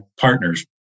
partners